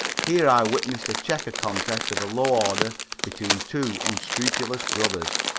here i witnessed a checker contest of a low order between two unscrupulous brothers.